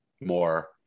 more